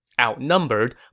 Outnumbered